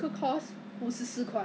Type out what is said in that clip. five mask ah three mask ah